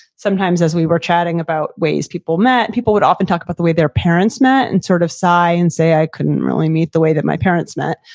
sometimes as we were chatting about ways people met. people would often talk about the way their parents met and sort of sigh and say, i couldn't really meet the way that my parents met.